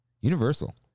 Universal